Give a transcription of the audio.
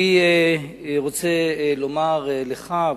אני רוצה לומר לך,